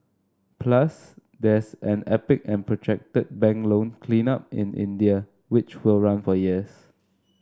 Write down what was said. plus there's an epic and protracted bank loan cleanup in India which will run for years